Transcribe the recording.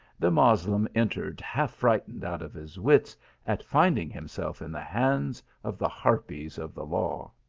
the moslem entered half frightened out of his wits at finding himself in the hands of the harpies of the law.